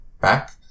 back